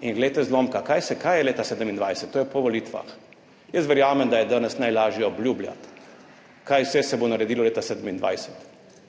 In glejte zlomka, kaj je leta 2027? To je po volitvah. Jaz verjamem, da je danes najlažje obljubljati, kaj vse se bo naredilo leta 2027.